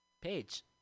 page